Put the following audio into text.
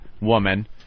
woman